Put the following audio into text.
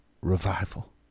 revival